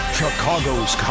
Chicago's